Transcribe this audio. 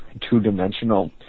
two-dimensional